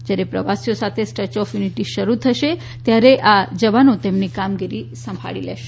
જ્યારે પ્રવાસીઓ સાથે સ્ટેચ્યુ ઓફ યુનિટી શરૂ થશે ત્યારે આ જવાનો કામગીરી સંભાળી લેશે